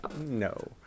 no